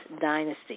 dynasty